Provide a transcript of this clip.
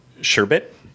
Sherbet